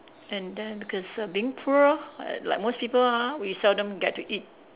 and then cause uh being poor uh like most people ah we seldom get to eat